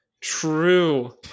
True